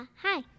Hi